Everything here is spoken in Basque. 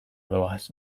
doaz